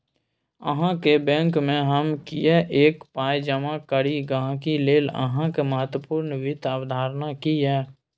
अहाँक बैंकमे हम किएक पाय जमा करी गहिंकी लेल अहाँक महत्वपूर्ण वित्त अवधारणा की यै?